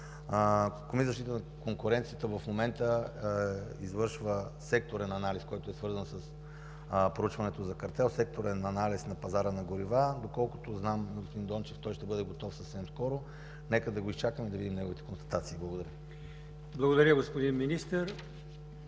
за защита на конкуренцията в момента извършва секторен анализ, който е свързан с проучването за картел, секторен анализ на пазара на горива. Доколкото знам, господин Дончев ще бъде готов съвсем скоро. Нека да го изчакаме и да видим неговите констатации. Благодаря. ПРЕДСЕДАТЕЛ АЛИОСМАН